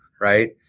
Right